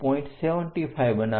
75 બનાવે છે